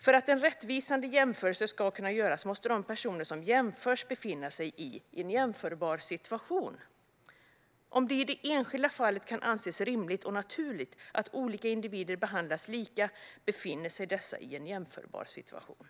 För att en rättvisande jämförelse ska kunna göras måste de personer som jämförs befinna sig i en jämförbar situation. Om det i det enskilda fallet kan anses rimligt och naturligt att olika individer behandlas lika befinner sig dessa i en jämförbar situation."